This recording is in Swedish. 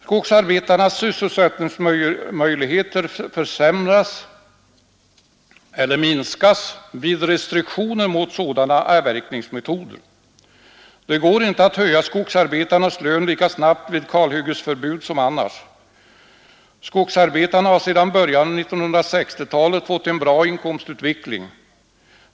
Skogsarbetarnas sysselsättningsmöjligheter försämras också vid restriktioner mot sådana avverkningsmetoder. Det går inte att höja skogsarbetarnas lön lika snabbt vid kalhyggesförbud som annars. Skogsarbetarna har sedan början av 1960-talet fått en bra inkomstutveckling.